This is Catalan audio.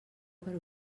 per